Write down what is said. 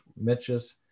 matches